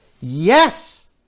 yes